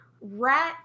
rat